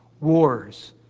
Wars